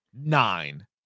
nine